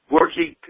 working